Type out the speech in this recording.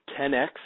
10x